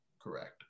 correct